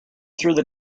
through